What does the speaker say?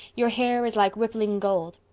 your hair is like rippling gold.